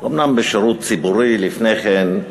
אומנם בשירות ציבורי לפני כן,